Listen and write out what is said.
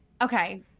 Okay